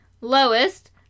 lowest